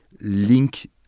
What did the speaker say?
link